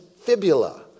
fibula